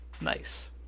Nice